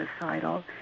suicidal